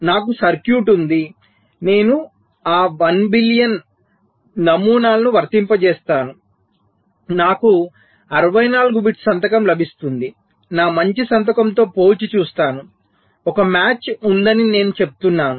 నాకు సర్క్యూట్ ఉంది నేను ఆ 1 బిలియన్ నమూనాలను వర్తింపజేస్తాను నాకు 64 బిట్స్ సంతకం లభిస్తుంది నా మంచి సంతకంతో పోల్చి చూస్తాను ఒక మ్యాచ్ ఉందని నేను చెప్తున్నాను